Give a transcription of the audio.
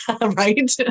Right